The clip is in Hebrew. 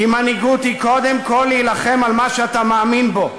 כי מנהיגות היא קודם כול להילחם על מה שאתה מאמין בו,